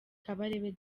kabarebe